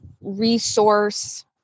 resource